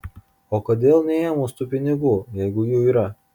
o kodėl neėmus tų pinigų jeigu jų yra